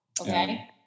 Okay